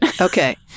Okay